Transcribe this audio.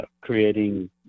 creating